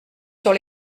sur